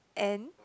and